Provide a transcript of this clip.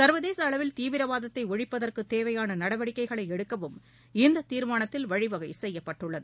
சர்வதேச அளவில் தீவிரவாதத்தை ஒழிப்பதற்கு தேவையான நடவடிக்கைகளை எடுக்கவும் இந்த தீர்மானத்தில் வழிவகை செய்யப்பட்டுள்ளது